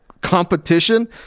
competition